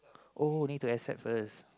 oh need to accept first